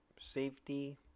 safety